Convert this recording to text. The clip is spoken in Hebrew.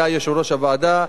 היה יושב-ראש הוועדה.